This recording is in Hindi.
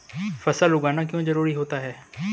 फसल उगाना क्यों जरूरी होता है?